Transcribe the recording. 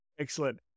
Excellent